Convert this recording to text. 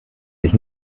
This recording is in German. sich